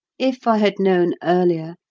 if i had known earlier,